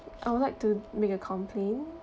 I would like to make a complain